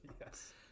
yes